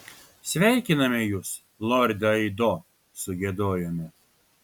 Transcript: sveikiname jus lorde aido sugiedojome